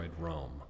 Rome